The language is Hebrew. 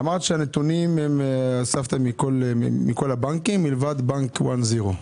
אמרת שאספתם נתונים מכל הבנקים מלבד מבנק One Zero.